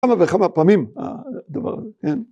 ‫כמה וכמה פעמים הדבר הזה, כן?